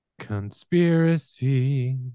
conspiracy